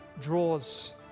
draws